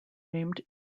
named